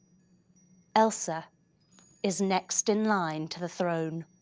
elsa is next in line to the throne.